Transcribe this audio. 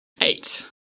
Eight